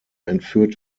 entführt